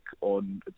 on